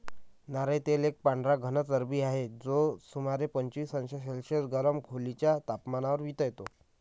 नारळ तेल एक पांढरा घन चरबी आहे, जो सुमारे पंचवीस अंश सेल्सिअस गरम खोलीच्या तपमानावर वितळतो